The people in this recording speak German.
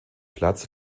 platz